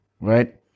right